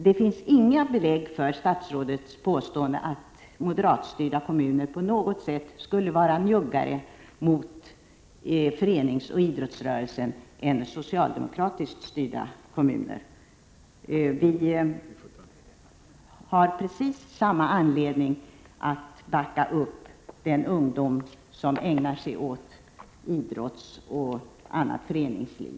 Det finns inget belägg för statsrådets påståenden att moderat styrda kommuner på något sätt skulle vara njuggare mot föreningsoch idrottsrörelsen än socialdemokratiskt styrda kommuner. Vi har precis samma intresse av att backa upp den ungdom som ägnar sig åt idrottsverksamhet och annat föreningsliv.